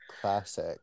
classic